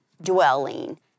dwelling